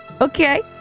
Okay